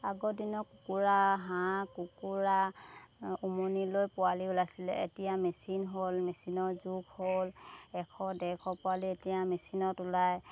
আগৰ দিনৰ কুকুৰা হাঁহ কুকুৰা উমনি লৈ পোৱালি ওলাইছিলে এতিয়া মেচিন হ'ল মেচিনৰ যুগ হ'ল এশ ডেৰশ পোৱালি এতিয়া মেচিনত ওলায়